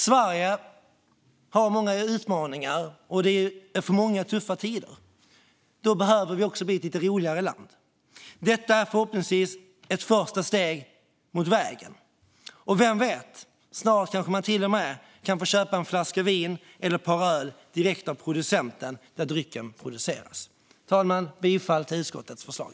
Sverige har många utmaningar, och det är tuffa tider för många. Då behöver vi också bli ett lite roligare land. Detta är förhoppningsvis ett första steg på vägen. Och vem vet, snart kanske man till och med kan få köpa en flaska vin eller ett par öl direkt av producenten, där drycken produceras. Herr talman! Jag yrkar bifall till utskottets förslag.